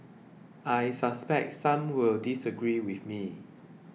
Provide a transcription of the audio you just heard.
I suspect some will disagree with me